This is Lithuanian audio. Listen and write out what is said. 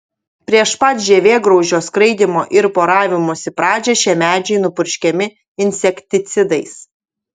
prieš pat žievėgraužio skraidymo ir poravimosi pradžią šie medžiai nupurškiami insekticidais